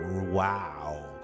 wow